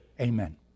amen